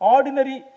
Ordinary